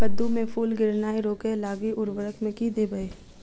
कद्दू मे फूल गिरनाय रोकय लागि उर्वरक मे की देबै?